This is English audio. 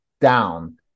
down